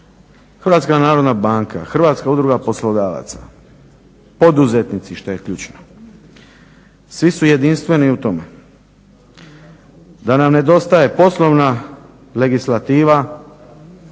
Hrvatska narodna banka, Hrvatska udruga poslodavaca, poduzetnici što je ključno, svi su jedinstveni u tome da nam nedostaje poslovna legislativa,